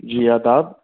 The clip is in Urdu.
جی آداب